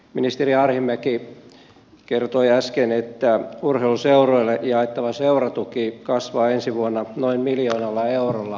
ministeri arhinmäki kertoi äsken että urheiluseuroille jaettava seuratuki kasvaa ensi vuonna noin miljoonalla eurolla